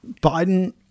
Biden